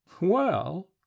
Well